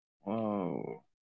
Whoa